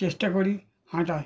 চেষ্টা করি হাঁটার